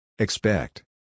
Expect